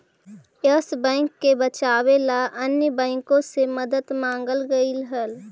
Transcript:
yes bank के बचावे ला अन्य बाँकों से मदद मांगल गईल हल